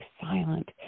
silent